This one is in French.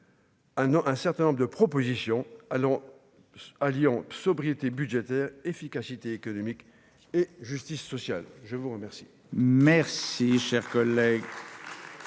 un certain nombre de propositions allons à Lyon sobriété budgétaire efficacité économique et justice sociale, je vous remercie.